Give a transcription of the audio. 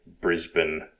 Brisbane